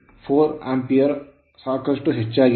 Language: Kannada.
4 ಆಂಪಿರೆ ಸಾಕಷ್ಟು ಹೆಚ್ಚಾಗಿದೆ